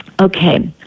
Okay